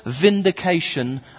vindication